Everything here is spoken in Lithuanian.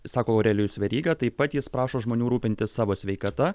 sako aurelijus veryga taip pat jis prašo žmonių rūpintis savo sveikata